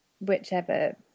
whichever